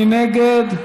מי נגד?